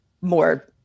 more